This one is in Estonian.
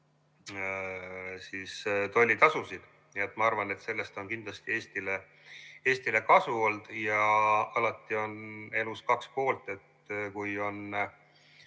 maksma tollitasusid. Ma arvan, et sellest on kindlasti Eestile kasu olnud. Alati on elus kaks poolt, kui on